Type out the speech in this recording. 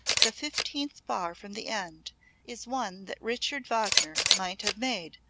the fifteenth bar from the end is one that richard wagner might have made.